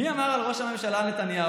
מי אמר על ראש הממשלה נתניהו: